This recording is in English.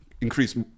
increase